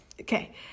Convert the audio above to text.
Okay